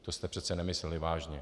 To jste přeci nemysleli vážně.